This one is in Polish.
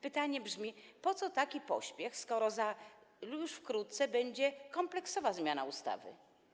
Pytanie brzmi: Po co taki pośpiech, skoro już wkrótce będzie kompleksowa zmiana ustawy?